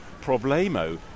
problemo